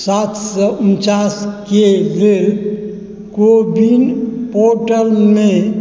सात सए उनचास के लेल कोबिन पोर्टलमे